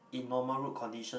in normal road condition